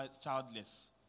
childless